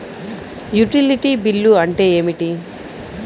Utility bill అంటే ఏమిటి?